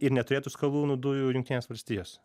ir neturėtų skalūnų dujų ir jungtinės valstijos